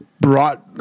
brought